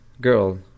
girl